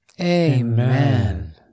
Amen